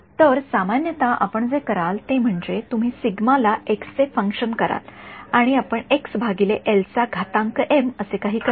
तर सामान्यत आपण जे कराल ते म्हणजे तुम्ही सिग्मा ला एक्स चे फंक्शन कराल आणि आपण एक्स भागिले एल चा घातांक एम असे काही कराल